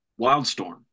Wildstorm